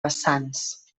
vessants